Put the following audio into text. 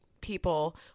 people